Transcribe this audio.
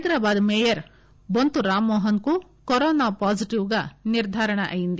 Hyderabad mayor Bonthu Rammohan కు corona positive గా నిర్గారణ అయ్యేంది